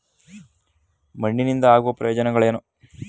ಮಣ್ಣಿನಿಂದ ಆಗುವ ಪ್ರಯೋಜನಗಳೇನು?